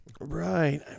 Right